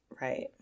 Right